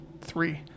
three